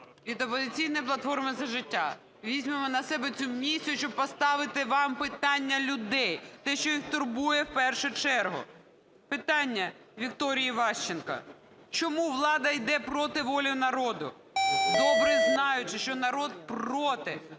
від "Опозиційної платформи - За життя" візьмемо на себе цю місію, щоб поставити вам питання людей, те, що їх турбує в першу чергу. Питання Вікторії Іващенко: "Чому влада йде проти волі народу, добре знаючи, що народ проти?